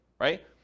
right